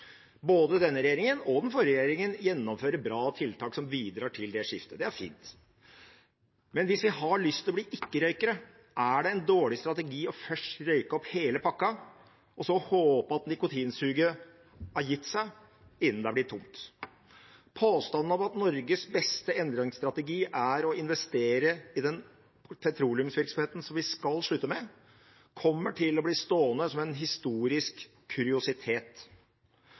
Denne regjeringen – og det gjorde også den forrige regjeringen – gjennomfører bra tiltak som bidrar til det skiftet. Det er fint. Men hvis vi har lyst til å bli ikke-røykere, er det en dårlig strategi først å røyke opp hele pakken og så håpe at nikotinsuget har gitt seg innen det er blitt tomt. Påstanden om at Norges beste endringsstrategi er å investere i den petroleumsvirksomheten vi skal slutte med, kommer til å bli stående som en historisk kuriositet.